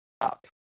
up